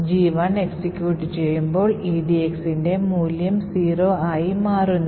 G1 execute ചെയ്യുമ്പോൾ edx ന്റെ മൂല്യം 0 ആയി മാറുന്നു